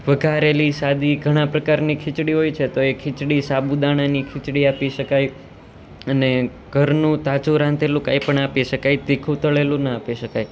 વઘારેલી સાદી ઘણા પ્રકારની ખિચડી હોય છે તો એ ખિચડી સાબુદાણાની ખિચડી આપી શકાય અને ઘરનું તાજું રાંધેલું કંઈ પણ આપી શકાય તીખું તળેલું ના આપી શકાય